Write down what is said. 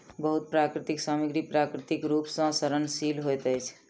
बहुत प्राकृतिक सामग्री प्राकृतिक रूप सॅ सड़नशील होइत अछि